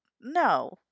No